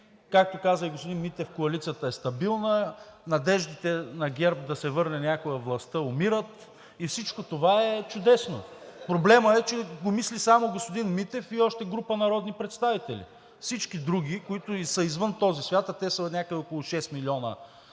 както каза и господин Митев – коалицията е стабилна, надеждите на ГЕРБ да се върне някога във властта умират. Всичко това е чудесно. Проблемът е, че го мисли само господин Митев и още група народни представители. Всички други, които са извън този свят, а те са някъде около 6 милиона и